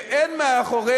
הצעות שאין מאחוריהן